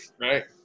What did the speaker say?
right